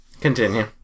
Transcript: continue